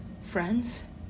friends